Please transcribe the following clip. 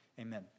Amen